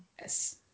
Yes